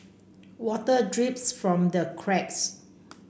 water drips from the cracks